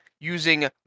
using